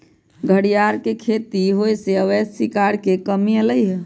घरियार के खेती होयसे अवैध शिकार में कम्मि अलइ ह